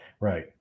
Right